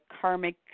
karmic